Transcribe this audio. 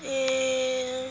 and